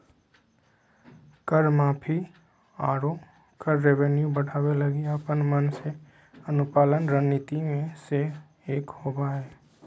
कर माफी, आरो कर रेवेन्यू बढ़ावे लगी अपन मन से अनुपालन रणनीति मे से एक होबा हय